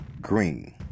Green